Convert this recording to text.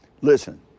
Listen